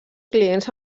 clients